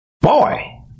Boy